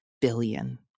billion